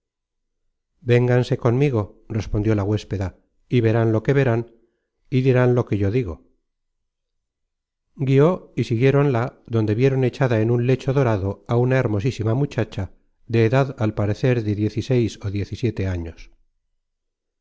vénganse conmigo respondió la huéspeda y verán lo que verán y dirán lo que yo digo guió y siguiéronla donde vieron echada en un lecho dorado á una hermosísima muchacha content from google book search generated at de edad al parecer de diez y seis